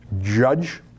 judge